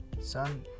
Son